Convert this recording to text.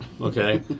okay